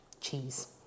Cheese